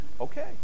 okay